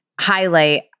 highlight